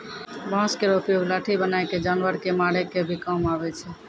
बांस केरो उपयोग लाठी बनाय क जानवर कॅ मारै के भी काम आवै छै